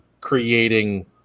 creating